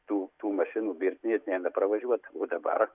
tų tų mašinų virpėt nebepravažiuot o dabar